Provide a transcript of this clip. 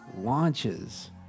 launches